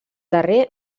darrer